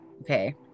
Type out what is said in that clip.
okay